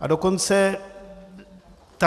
A dokonce